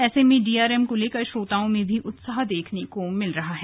ऐसे में डीआरएम को लेकर श्रोताओं में भी उत्साह देखने को मिल रहा है